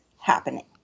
happening